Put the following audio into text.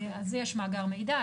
אז יש מאגר מידע,